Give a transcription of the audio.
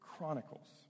chronicles